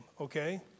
okay